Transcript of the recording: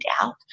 out